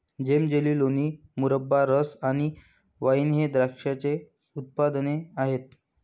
जेम, jelly, लोणी, मुरब्बा, रस आणि वाइन हे द्राक्षाचे उत्पादने आहेत